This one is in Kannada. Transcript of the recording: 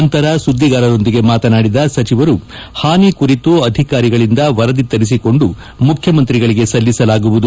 ನಂತರ ಸುದ್ವಿಗಾರರೊಂದಿಗೆ ಮಾತನಾಡಿದ ಸಚಿವರು ಹಾನಿ ಕುರಿತು ಅಧಿಕಾರಿಗಳಿಂದ ವರದಿ ತರಿಸಿಕೊಂಡು ಮುಖ್ಯಮಂತಿಗಳಿಗೆ ಸಲ್ಲಿಸಲಾಗುವುದು